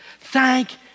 Thank